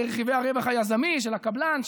לרכיבי הרווח היזמי של הקבלן,